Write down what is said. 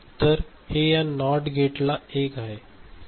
मग हे या नॉट गेटला1 आहे